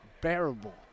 bearable